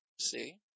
See